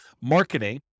marketing